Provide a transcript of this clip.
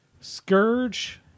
Scourge